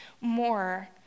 more